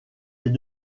des